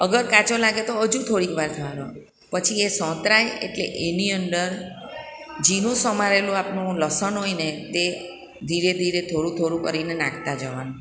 અગર કાચો લાગે તો હજુ થોડીક વાર થવા દેવાનું પછી એ સોંતરાય એટલે એની અંદર ઝીણું સમારેલું આપનું લસણ હોય ને તે ધીરે ધીરે થોડું થોડું કરીને નાખતા જવાનું